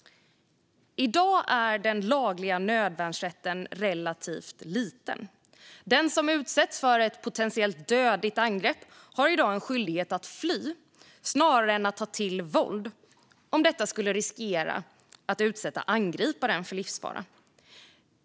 I dag är den lagliga nödvärnsrätten relativt liten. Den som utsätts för ett potentiellt dödligt angrepp har i dag en skyldighet att fly snarare än att ta till våld om detta riskerar att utsätta angriparen för livsfara.